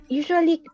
usually